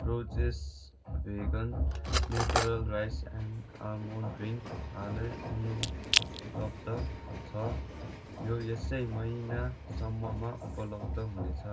Borges vegan natural rice and almond drink हाल अनुपलब्ध छ यो यसै महिनासम्ममा उपलब्ध हुनेछ